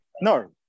No